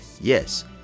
yes